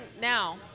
now